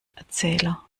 erzähler